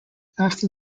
after